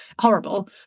Horrible